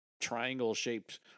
triangle-shaped